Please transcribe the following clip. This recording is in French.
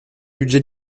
budgets